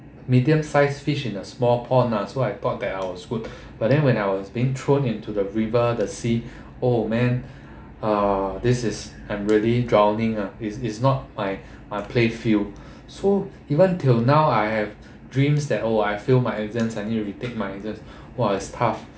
medium sized fish in a small pond ah so I thought that I was good but then when I was being thrown into the river the sea oh man uh this is I'm really drowning uh is is not my my play field so even till now I have dreams that oh I fail my exams and retake my exam !wah! is tough